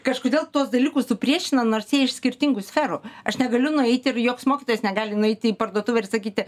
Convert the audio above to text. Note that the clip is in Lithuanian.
kažkodėl tuos dalykus supriešina nors jie iš skirtingų sferų aš negaliu nueiti ir joks mokytojas negali nueiti į parduotuvę ir sakyti